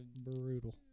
Brutal